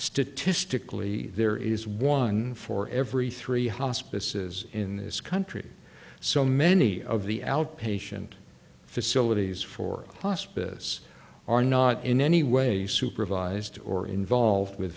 statistically there is one for every three hospices in this country so many of the outpatient facilities for hospice are not in any way supervised or involved with